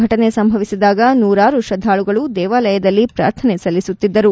ಫಟನೆ ಸಂಭವಿಸಿದಾಗ ನೂರಾರು ತ್ರದ್ದಾಳುಗಳು ದೇವಾಲಯದಲ್ಲಿ ಪ್ರಾರ್ಥನೆ ಸಲ್ಲಿಸುತ್ತಿದ್ದರು